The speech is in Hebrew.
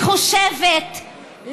מחושבת,